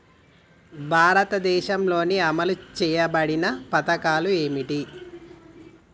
భారతదేశంలో అమలు చేయబడిన పథకాలు ఏమిటి?